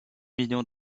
millions